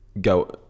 go